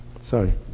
sorry